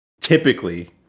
typically